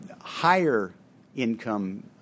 higher-income